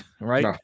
right